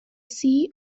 sea